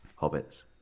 hobbits